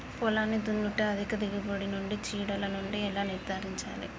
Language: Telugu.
పొలాన్ని దున్నుట అధిక దిగుబడి నుండి చీడలను ఎలా నిర్ధారించాలి?